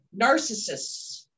narcissists